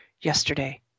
yesterday